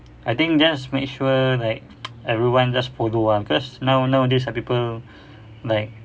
I think just make sure like everyone just follow ah cause now nowadays people like